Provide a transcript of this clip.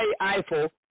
Eiffel